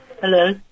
Hello